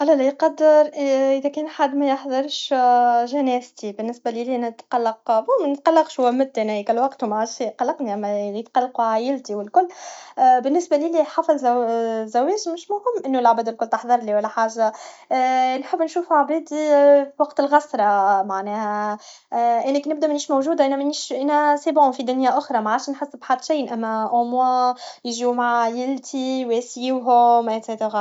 الله لا يقدر اذا كان حد ميحضرش جنازتي بالنسبه ليا انا نتقلق اه بون هو انا منتقلقش انا مت مان وقتهم عرس يقلقني اما يتقلقو عايلتي و الكل بالنسبه لي حتى الزواج مش مهم انو لعباد اكل تحضرلي و لا حاجه نحب نشوف عبادي لي وقت الغسره معناها انا كي نبدا منيش موجوده انا منيش انا في دنيا اخرى معادش نحس بحت شي اما اوموا يجو هم عايلتي يواسيوهم اكسيتيرا